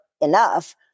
enough